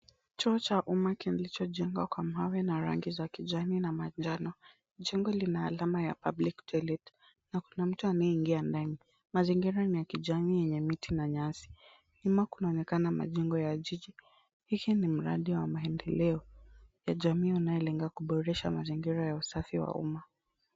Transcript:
Choo cha umma kilichojengwa kwa mawe na rangi za kijani na manjano. Jengo lina alama ya public toilet na kuna mtu anayeingia ndani. Mazingira ni ya kijani yenye miti na nyasi. Nyuma kunaonekana majengo ya jiji. Hiki ni mradi wa maendeleo ya jamii inayolenga kuboresha mazingira ya usafi wa umma.